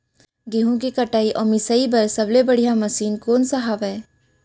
गेहूँ के कटाई अऊ मिंजाई बर सबले बढ़िया मशीन कोन सा हवये?